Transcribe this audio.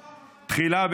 תחילה,